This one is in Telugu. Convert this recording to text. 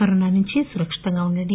కోవిడ్ నుంచి సురక్షితంగా ఉండండి